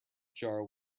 jar